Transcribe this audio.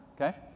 okay